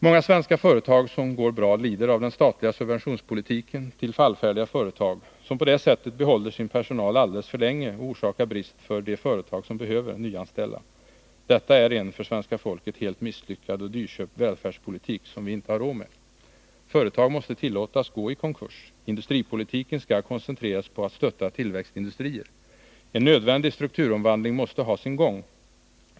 Många svenska företag som går bra lider av den statliga subventionspolitiken till fallfärdiga företag, som på det sättet behåller sin personal alldeles för länge och orsakar brist för de företag som behöver nyanställa. Detta är en för svenska folket helt misslyckad och dyrköpt välfärdspolitik, som vi icke har råd med. Företag måste tillåtas gå i konkurs. Industripolitiken skall koncentreras på att stötta tillväxtindustrier. En nödvändig strukturomvandling måste ha sin gång.